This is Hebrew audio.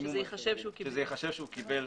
ייחשב שהוא קיבל.